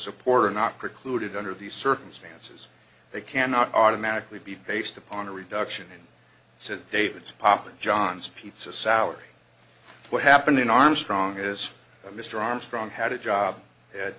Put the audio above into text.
support are not precluded under these circumstances they cannot automatically be based upon a reduction in said david's papa john's pizza salary what happened in armstrong is that mr armstrong had a job at